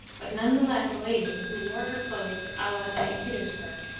but none the less a lady who wore her clothes a la st. petersburg,